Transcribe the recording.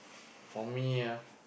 for me ah